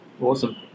awesome